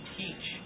teach